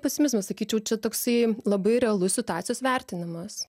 pesimizmas sakyčiau čia toksai labai realus situacijos vertinimas